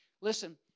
Listen